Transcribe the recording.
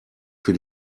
für